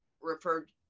referred